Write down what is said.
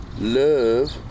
love